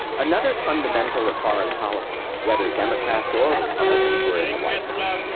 another fundamental of foreign policy, whether democrats or republicans were in the white house,